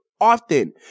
often